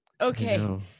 Okay